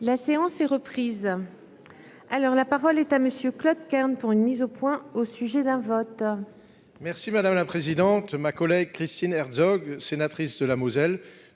La séance est reprise. Alors la parole est à monsieur Claude Kern pour une mise au point, au sujet d'un vote.